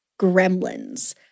Gremlins